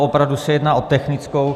Opravdu se jedná o technickou.